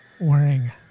wearing